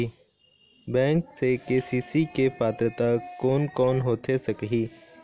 Bank से KCC के पात्रता कोन कौन होथे सकही?